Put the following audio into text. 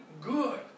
good